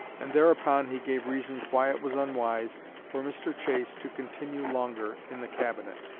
and thereupon he gave reasons why it was unwise for mr. chase to continue longer in the cabinet.